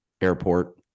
airport